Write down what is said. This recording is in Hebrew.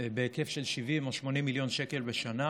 בהיקף של 70 80 מיליון שקל בשנה,